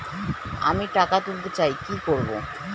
আমি টাকা তুলতে চাই কি করব?